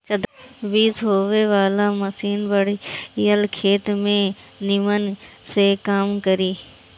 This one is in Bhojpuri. बीज बोवे वाला मशीन बड़ियार खेत में निमन से काम करी